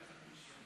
באולימפיאדה.